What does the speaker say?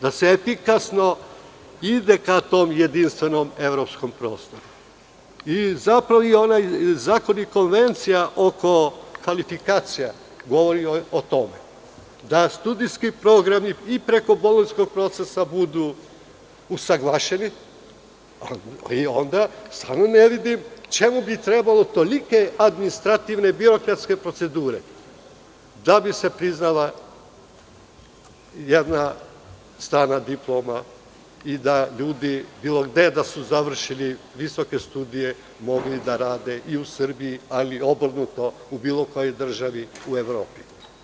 Da se efikasno ide ka tom jedinstvenom evropskom prostoru, zapravo i onaj zakonik konvencija oko kvalifikacija govori o tome, da studijski programi i preko bolonjskog procesa budu usaglašeni, ali onda stvarno ne vidim čemu bi trebalo tolike administrativne birokratske procedure da bi se priznala jedna strana diploma i da bi ljudi, bilo gde da su završili visoke studije, mogli da rade i u Srbiji, ali i obrnuto u bilo kojoj državi u Evropi.